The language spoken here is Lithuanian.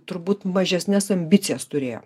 turbūt mažesnes ambicijas turėjo